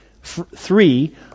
three